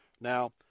Now